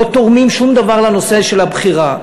לא תורמים שום דבר לנושא של הבחירה,